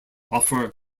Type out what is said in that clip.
offer